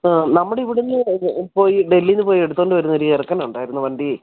ആ നമ്മുടെ ഇവിടെ നിന്ന് പോയി ഡൽഹിയിൽ നിന്ന് പോയി എടുത്തു കൊണ്ട് വരുന്ന ഒരു ചെറുക്കൻ ഉണ്ടായിരുന്നു വണ്ടി